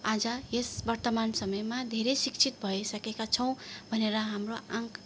आज यस वर्तमान समयमा धेरै शिक्षित भइसकेको छौँ भनेर हाम्रो आँक